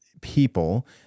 people